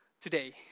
today